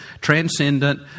transcendent